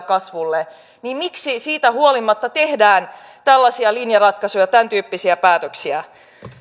kasvulle niin miksi siitä huolimatta tehdään tällaisia linjaratkaisuja tämäntyyppisiä päätöksiä